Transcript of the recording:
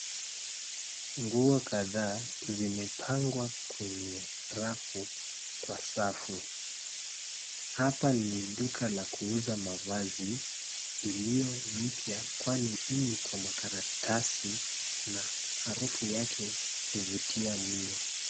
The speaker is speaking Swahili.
Nguo kadhaa zimepangwa kwenye rafu kwa safu. Hapa ni duka la kuuza mavazi iliyo mpya kwani iko makaratasi na harufu yake huvutia mno.